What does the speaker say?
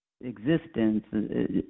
existence